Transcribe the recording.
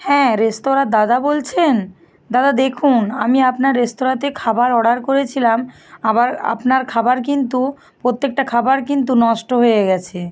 হ্যাঁ রেস্তরাঁর দাদা বলছেন দাদা দেখুন আমি আপনার রেস্তোরাঁতে খাবার অর্ডার করেছিলাম আবার আপনার খাবার কিন্তু প্রত্যেকটা খাবার কিন্তু নষ্ট হয়ে গিয়েছে